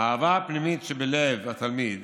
האהבה הפנימית שבלב התלמיד